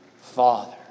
Father